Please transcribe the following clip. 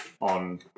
on